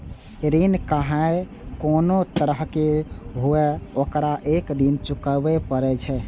ऋण खाहे कोनो तरहक हुअय, ओकरा एक दिन चुकाबैये पड़ै छै